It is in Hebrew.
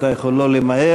אתה יכול לא למהר.